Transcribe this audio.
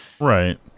Right